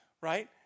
right